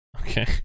Okay